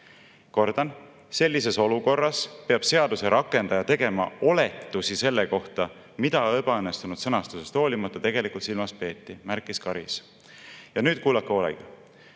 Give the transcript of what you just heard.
Kordan: ""Sellises olukorras peab seaduse rakendaja tegema oletusi selle kohta, mida ebaõnnestunud sõnastusest hoolimata tegelikult silmas peeti," märkis Karis."Ja nüüd kuulake hoolega,